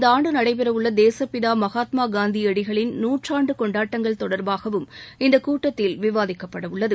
இந்த ஆண்டு நடைபெற உள்ள தேசபிதா மகாத்மா காந்தியடிகளின் நூற்றாண்டு கொண்டாட்டங்கள் தொடர்பாகவும் இந்தக் கூட்டத்தில் விவாதிக்கப்பட உள்ளது